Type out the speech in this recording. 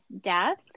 death